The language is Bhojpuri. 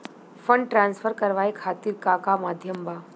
फंड ट्रांसफर करवाये खातीर का का माध्यम बा?